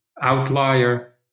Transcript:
outlier